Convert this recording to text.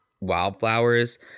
wildflowers